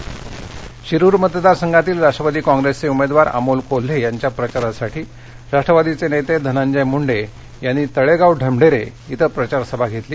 प्रचार शिरुर मतदार संघातील राष्ट्रवादी काँप्रेसचे उमेदवार अमोल कोल्हे यांच्या प्रचारासाठी राष्ट्रवादीचे नेते धनंजय मुंडे यांनी तळेगाव ढमढेरे येथे प्रचारसभा घेतली